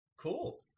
cool